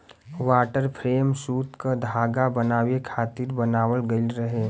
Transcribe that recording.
water frame सूत क धागा बनावे खातिर बनावल गइल रहे